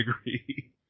agree